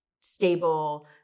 stable